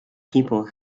people